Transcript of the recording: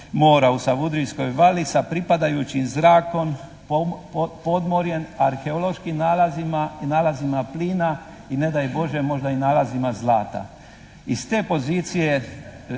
u Savudrijskoj vali sa pripadajućim zrakom, podmorjem, arheološkim nalazima i nalazima plina i ne daj Bože možda i nalazima zlata. Iz te pozicije